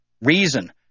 reason